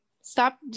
stop